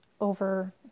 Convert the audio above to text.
over